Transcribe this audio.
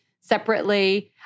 separately